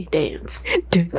dance